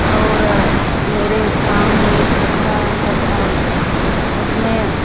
और मेरे गाँव में एक पोखरा रहता था उसमें